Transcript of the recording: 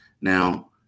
Now